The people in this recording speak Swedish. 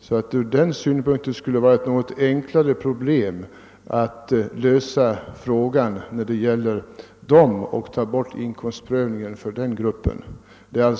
Från den utgångspunkten skulle problemet bli något enklare om man toge bort inkomstprövningen för denna grupp.